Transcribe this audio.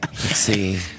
see